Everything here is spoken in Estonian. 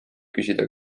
küsida